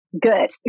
Good